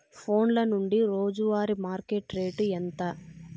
ఫోన్ల నుండి రోజు వారి మార్కెట్ రేటు ఎంత?